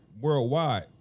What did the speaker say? worldwide